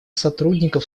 сотрудников